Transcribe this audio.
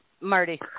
Marty